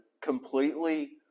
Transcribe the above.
completely